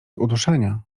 uduszenia